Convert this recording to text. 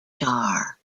char